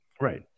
Right